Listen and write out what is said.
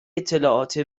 اطلاعات